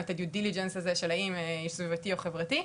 את בדיקת נאותות של האם הוא סביבתי או חברתי,